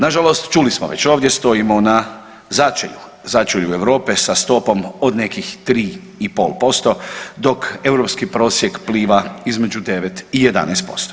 Nažalost, čuli smo već ovdje stojimo na začelju, začelju Europe sa stopom od nekih 3,5% dok europski prosjek pliva između 9 i 11%